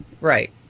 Right